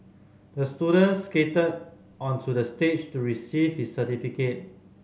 the student skated onto the stage to receive his certificate